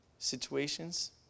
situations